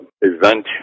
event